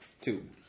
Two